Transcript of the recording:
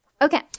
Okay